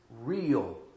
real